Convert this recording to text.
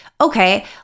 Okay